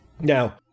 now